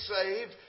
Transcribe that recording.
saved